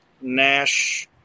Nash